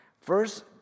First